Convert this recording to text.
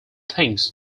things